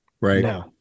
Right